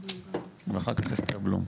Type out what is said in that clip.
ואחר כך אסתר בלום.